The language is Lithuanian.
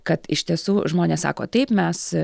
kad iš tiesų žmonės sako taip mes